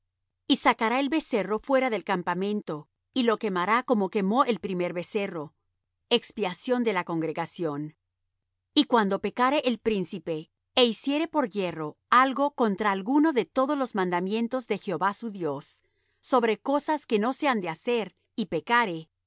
y sacará el becerro fuera del campamento y lo quemará como quemó el primer becerro expiación de la congregación y cuando pecare el príncipe é hiciere por yerro algo contra alguno de todos los mandamientos de jehová su dios sobre cosas que no se han de hacer y pecare